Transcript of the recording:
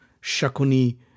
Shakuni